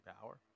Power